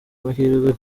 amahirwe